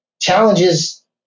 Challenges